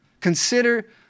Consider